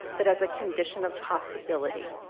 but as a condition of possibility.